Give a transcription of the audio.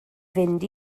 fynd